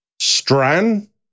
Stran